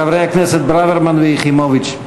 אני חוזר, חברי הכנסת ברוורמן ויחימוביץ.